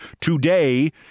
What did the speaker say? today